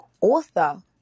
Author